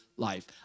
life